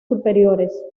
superiores